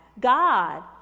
God